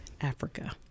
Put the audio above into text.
Africa